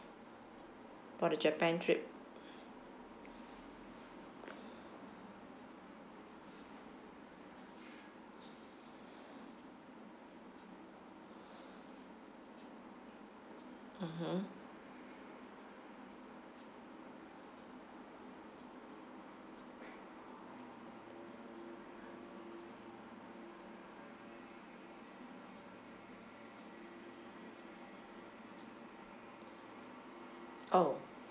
for the japan trip mmhmm oh